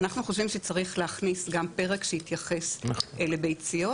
אנחנו חושבים שצריך להכניס גם פרק שיתייחס לביציות.